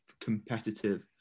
competitive